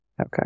Okay